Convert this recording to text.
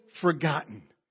forgotten